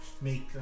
make